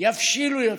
יבשילו יותר,